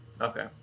Okay